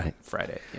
Friday